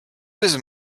was